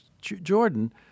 Jordan